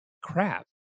Crap